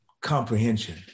comprehension